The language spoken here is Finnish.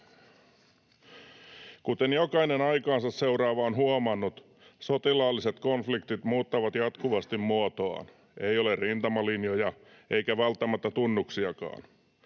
Kuten jokainen aikaansa seuraava on huomannut, sotilaalliset konfliktit muuttavat jatkuvasti muotoaan. Ei ole rintamalinjoja eikä välttämättä tunnuksiakaan.